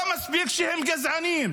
לא מספיק שהם גזענים,